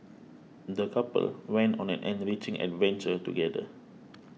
the couple went on an enriching adventure together